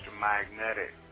Magnetic